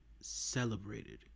celebrated